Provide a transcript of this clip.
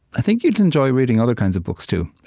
i think you'd enjoy reading other kinds of books, too.